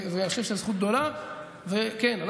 ואני חושב שזו זכות גדולה.